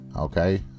okay